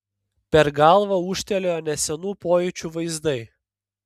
per galvą ūžtelėjo nesenų pojūčių vaizdai